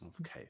okay